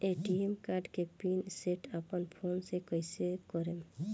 ATM card के PIN set अपना phone से कइसे करेम?